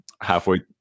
halfway